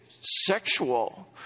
sexual